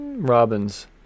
Robins